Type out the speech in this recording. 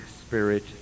spirit